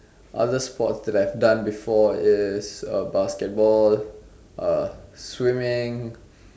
others sport that I have done before is uh basketball and swimming